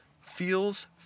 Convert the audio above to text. Feels